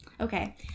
Okay